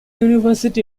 university